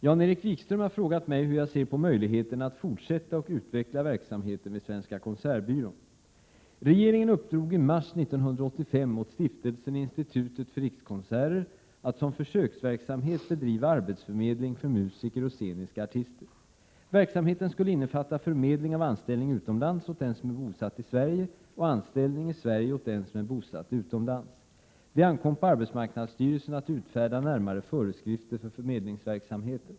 Herr talman! Jan-Erik Wikström har frågat mig hur jag ser på möjligheterna att fortsätta och utveckla verksamheten vid Svenska Konsertbyrån. Regeringen uppdrog i mars 1985 åt stiftelsen Institutet för rikskonserter att som försöksverksamhet bedriva arbetsförmedling för musiker och sceniska artister. Verksamheten skulle innefatta förmedling av anställning utomlands åt den som är bosatt i Sverige och anställning i Sverige åt den som är bosatt utomlands. Det ankom på arbetsmarknadsstyrelsen att utfärda närmare föreskrifter för förmedlingsverksamheten.